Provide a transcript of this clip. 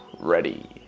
Ready